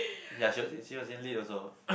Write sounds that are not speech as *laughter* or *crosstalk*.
ya she was she was in Lit also *coughs*